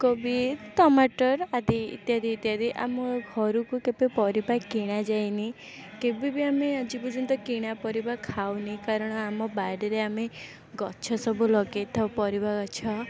କୋବି ଟମାଟର୍ ଆଦି ଇତ୍ୟାଦି ଇତ୍ୟାଦି ଆମ ଘରକୁ କେବେ ପରିବା କିଣାଯାଇନି କେବେ ବି ଆମେ ଆଜି ପର୍ଯ୍ୟନ୍ତ କିଣା ପରିବା ଖାଉନି କାରଣ ଆମ ବାଡ଼ିରେ ଆମେ ଗଛ ସବୁ ଲଗେଇଥାଉ ପରିବା ଗଛ